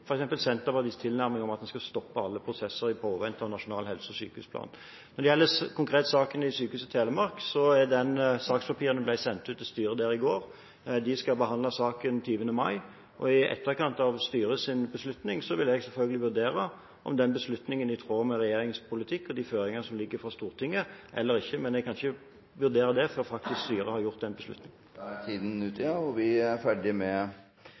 Senterpartiets tilnærming om at en skal stoppe alle prosesser i påvente av nasjonal helse- og sykehusplan. Når det konkret gjelder saken i Sykehuset Telemark, ble sakspapirene sendt ut til styret der i går. De skal behandle saken 20. mai, og i etterkant av styrets beslutning vil jeg selvfølgelig vurdere om den beslutningen er i tråd med regjeringens politikk og de føringer som ligger for Stortinget eller ikke. Men jeg kan ikke vurdere det før styret faktisk har gjort en beslutning. Da går vi til neste hovedspørsmål. Mitt spørsmål går til helseministeren. Å bli akutt syk med